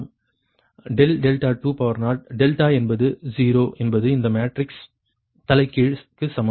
∆20 delta என்பது 0 என்பது இந்த மேட்ரிக்ஸ் தலைகீழ்க்கு சமம்